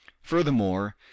Furthermore